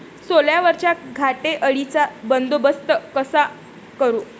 सोल्यावरच्या घाटे अळीचा बंदोबस्त कसा करू?